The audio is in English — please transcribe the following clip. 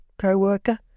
co-worker